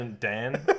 Dan